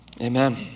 Amen